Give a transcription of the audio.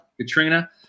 Katrina